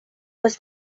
was